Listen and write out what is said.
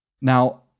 Now